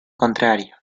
contrario